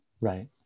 right